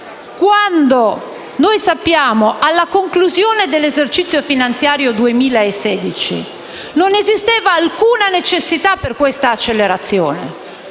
quando noi sappiamo che, alla conclusione dell'esercizio finanziario 2016, non esisteva alcuna necessità per questa accelerazione.